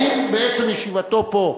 האם בעצם ישיבתו פה,